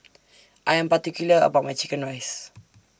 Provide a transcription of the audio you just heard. I Am particular about My Chicken Rice